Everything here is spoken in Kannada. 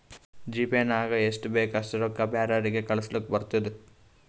ಜಿಪೇ ನಾಗ್ ಎಷ್ಟ ಬೇಕ್ ಅಷ್ಟ ರೊಕ್ಕಾ ಬ್ಯಾರೆವ್ರಿಗ್ ಕಳುಸ್ಲಾಕ್ ಬರ್ತುದ್